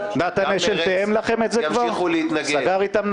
מרצ ימשיכו להתנגד,